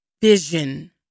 Vision